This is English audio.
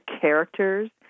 characters